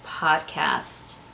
podcast